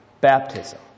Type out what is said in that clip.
baptism